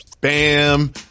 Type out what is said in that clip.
Bam